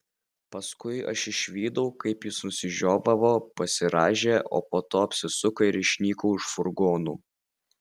paskui aš išvydau kaip jis nusižiovavo pasirąžė o po to apsisuko ir išnyko už furgonų